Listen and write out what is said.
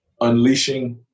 unleashing